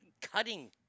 cutting